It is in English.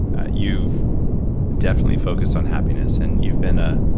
you've definitely focused on happiness, and you've been a,